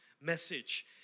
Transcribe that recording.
message